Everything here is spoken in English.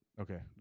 Okay